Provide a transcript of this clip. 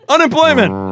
Unemployment